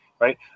Right